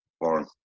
born